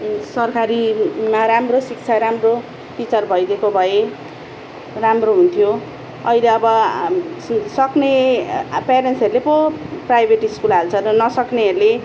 सरकारीमा राम्रो शिक्षा राम्रो टिचर भइदिएको भए राम्रो हुन्थ्यो अहिले अब स सक्ने पेरेन्ट्सहरूले पो प्राइभेट स्कुल हाल्छ र नसक्नेहरूले